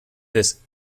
this